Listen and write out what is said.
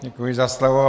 Děkuji za slovo.